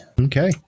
Okay